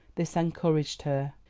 this encouraged her.